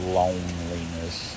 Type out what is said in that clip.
loneliness